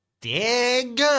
Dig